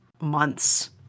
months